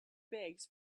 bags